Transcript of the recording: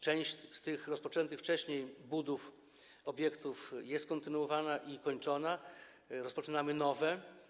Część rozpoczętych wcześniej budów obiektów jest kontynuowana i kończona, rozpoczynamy nowe.